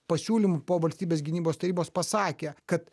pasiūlymu po valstybės gynybos tarybos pasakė kad